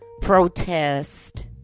protest